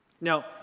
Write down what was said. Now